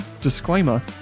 disclaimer